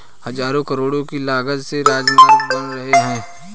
हज़ारों करोड़ की लागत से राजमार्ग बन रहे हैं